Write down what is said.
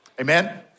Amen